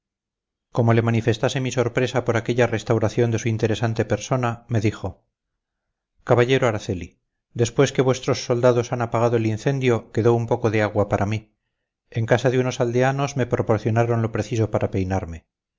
como le manifestase mi sorpresa por aquella restauración de su interesante persona me dijo caballero araceli después que vuestros soldados han apagado el incendio quedó un poco de agua para mí en casa de unos aldeanos me proporcionaron lo preciso para peinarme